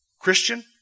Christian